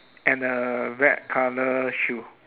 and a black colour shoe